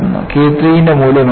K III ന്റെ മൂല്യം എന്താണ്